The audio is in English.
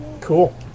cool